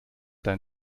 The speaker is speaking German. dein